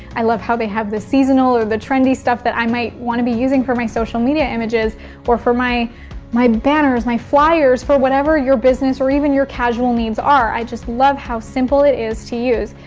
i love how they have the seasonal or the trendy stuff that i might wanna be using for my social media images or for my my banners, my flyers, for whatever your business or even your casual needs are. i just love how simple it is to use.